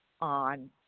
on